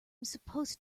supposed